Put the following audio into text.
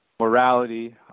morality